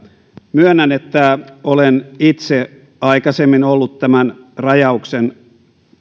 myönnän että olen itse aikaisemmin ollut tämän rajauksen